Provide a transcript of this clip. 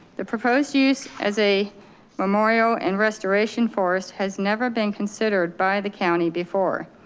the proposed use as a model and restoration forest has never been considered by the county before.